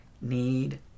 need